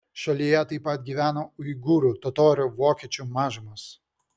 šalyje taip pat gyvena uigūrų totorių vokiečių mažumos